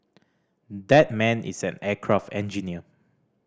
that man is an aircraft engineer